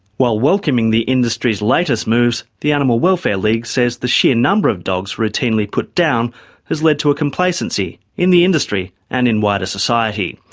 while welcoming the industry's latest moves, the animal welfare league says the sheer number of dogs routinely put down has led to a complacency in the industry and in wider society.